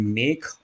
make